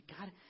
God